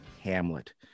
Hamlet